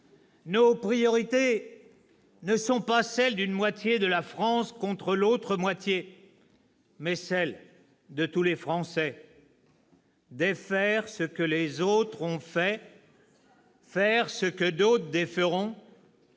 ″Nos priorités ne sont pas celles d'une moitié de la France contre l'autre moitié, mais celles de tous les Français. Défaire ce que les autres ont fait, faire ce que d'autres déferont,